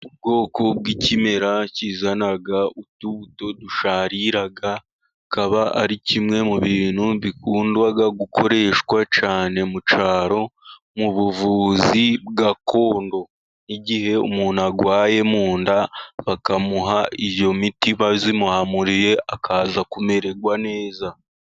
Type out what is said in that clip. Ubwoko bw'ikimera kizana utubuto dusharira kikaba ari kimwe mu bintu bikunda gukoreshwa cyane mu cyaro, mu buvuzi gakondo. Igihe umuntu arwaye mu nda bakamuha iyo miti bayimuhamuriye akaza kumererwa neza.